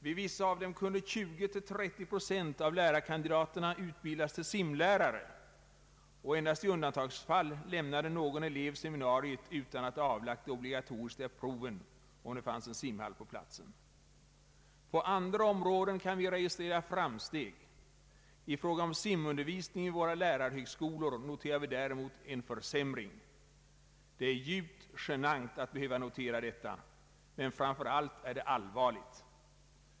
Vid vissa av dem kunde 20—30 procent av lärarkandikaterna utbildas till simlärare, och endast i undantagsfall lämnade någon elev seminariet utan att ha avlagt de obligatoriska proven, om det fanns en simhall på platsen. På andra områden kan vi registrera framsteg. I fråga om simundervisningen vid våra lärarhögskolor noterar vi däremot en försämring. Det är djupt genant att behöva notera detta, men framför allt är det allvarligt.